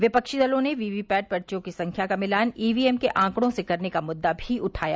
विपक्षी दलों ने वी वी पैट पर्चियों की संख्या का मिलान ई वी एम आंकड़ों से करने का मुद्दा भी उठाया